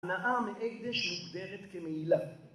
‫הנאה מאקדש מוגדרת כמעילה.